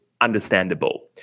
understandable